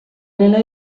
nella